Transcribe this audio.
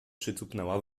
przycupnęła